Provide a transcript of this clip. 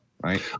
Right